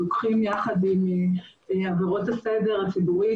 אם לוקחים ביחד את עבירות הסדר הציבורי